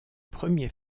premier